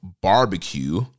barbecue